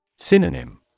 Synonym